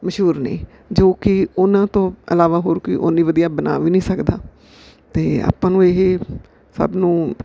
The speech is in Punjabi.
ਮਸ਼ਹੂਰ ਨੇ ਜੋ ਕਿ ਉਹਨਾਂ ਤੋਂ ਇਲਾਵਾ ਹੋਰ ਕੋਈ ਉਨੀ ਵਧੀਆ ਬਣਾ ਵੀ ਨਹੀਂ ਸਕਦਾ ਅਤੇ ਆਪਾਂ ਨੂੰ ਇਹ ਸਭ ਨੂੰ